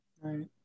right